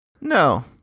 No